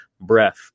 breath